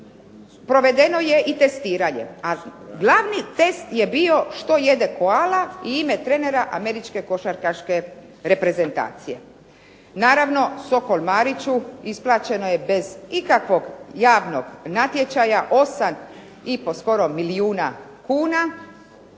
provedeno je i testiranje. A glavni test je bio, što jede koala i ime trenera Američke košarkaške reprezentacije. Naravno "Sokol Mariću" isplaćeno je bez ikakvog javnog natječaja 8,5 skorom milijuna kuna,